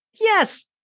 Yes